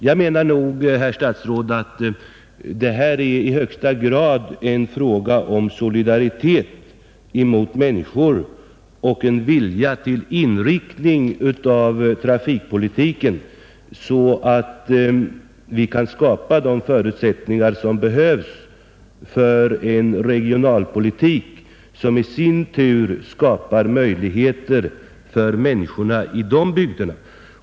Jag menar, herr statsråd, att detta i högsta grad är en fråga om solidaritet mot människor och en vilja till inriktning av trafikpolitiken så att vi kan skapa de förutsättningar som behövs för en regionalpolitik som i sin tur skapar möjligheter för människorna i de bygder det gäller.